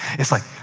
it's like,